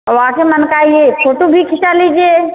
और आगे मन का यह फोटो भी खिंचा लीजिए